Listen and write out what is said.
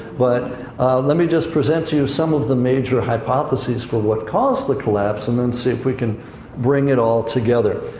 but let me just present you some of the major hypotheses for what caused the collapse and then see if we can bring it all together.